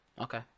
Okay